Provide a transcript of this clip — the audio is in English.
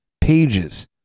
pages